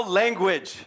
language